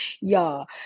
y'all